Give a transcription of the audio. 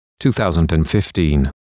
2015